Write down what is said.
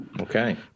Okay